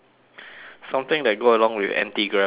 something that go along with anti-gravity